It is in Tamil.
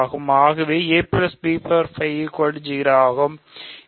ஆகவே a b0 ஆகும்